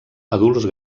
adults